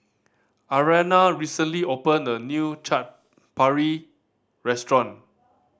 Ariana recently opened a new Chaat Papri Restaurant